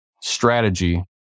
strategy